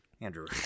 Andrew